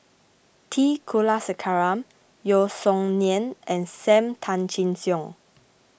T Kulasekaram Yeo Song Nian and Sam Tan Chin Siong